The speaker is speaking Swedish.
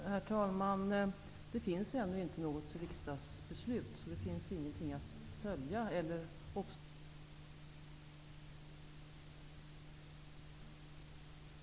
Herr talman! Det finns ännu inte något riksdagsbeslut, så det finns ingenting att följa eller obstruera emot.